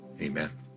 amen